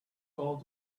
gold